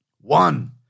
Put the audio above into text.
One